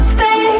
Stay